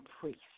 priest